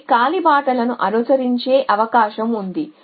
కొన్ని కాలిబాటలను అనుసరించే అవకాశం ఉంది